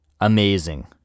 Amazing